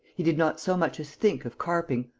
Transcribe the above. he did not so much as think of carping,